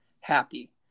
happy